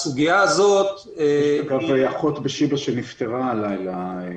יש אחות בשיבא שנפטרה הלילה.